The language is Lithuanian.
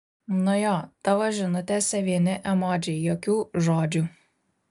nu jo tavo žinutėse vieni emodžiai jokių žodžių